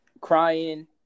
crying